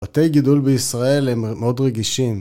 בתי גידול בישראל הם מאוד רגישים